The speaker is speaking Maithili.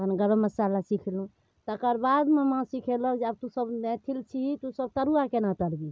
हम गरम मसल्ला सिखलहुँ तकर बादमे माँ सिखेलक जे आब तोँसब मैथिल छिही तोँसब तरुआ कोना तरबही